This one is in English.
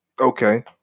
Okay